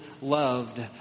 loved